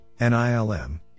nilm